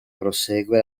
prosegue